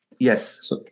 Yes